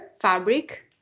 fabric